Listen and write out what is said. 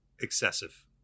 excessive